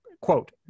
quote